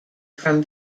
from